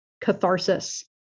catharsis